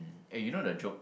um eh you know the joke